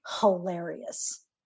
hilarious